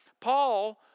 Paul